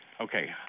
okay